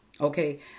Okay